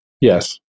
Yes